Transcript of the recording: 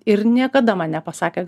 ir niekada man nepasakė